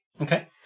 Okay